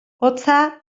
hotza